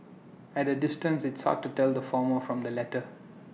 at A distance it's hard to tell the former from the latter